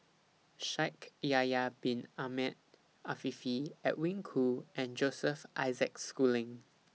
Shaikh Yahya Bin Ahmed Afifi Edwin Koo and Joseph Isaac Schooling